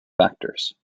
factors